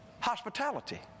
Hospitality